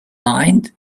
mind